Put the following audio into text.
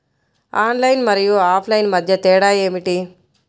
Online మరియు offline మధ్య తేడా ఏమిటీ?